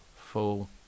full